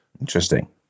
interesting